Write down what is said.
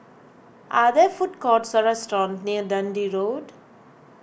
are there food courts or restaurants near Dundee Road